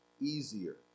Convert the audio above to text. easier